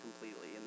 completely